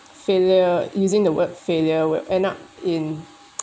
failure using the word failure will end up in